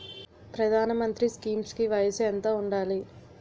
ప్రధాన మంత్రి స్కీమ్స్ కి వయసు ఎంత ఉండాలి?